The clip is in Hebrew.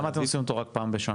למה אתם עושים אותו רק פעם בשנה?